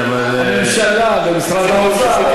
הממשלה ומשרד האוצר,